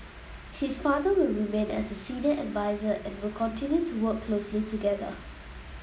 his father will remain as a senior adviser and will continue to work closely together